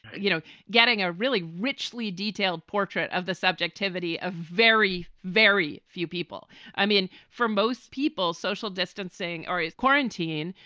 you know, getting a really richly detailed portrait of the subjectivity of very, very few people. i mean, for most people, social distancing or quarantine,